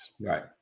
Right